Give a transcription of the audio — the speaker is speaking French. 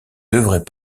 devrait